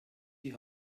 die